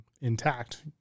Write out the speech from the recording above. intact